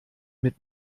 mit